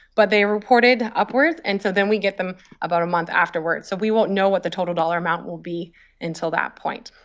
but they report it upwards. and so then we get them about a month afterwards. so we won't know what the total dollar amount will be until that point.